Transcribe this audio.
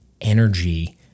energy